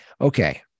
Okay